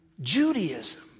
Judaism